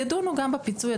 אז ידונו גם בפיצוי.